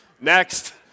Next